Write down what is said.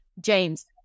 James